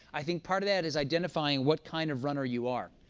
i think part of that is identifying what kind of runner you are.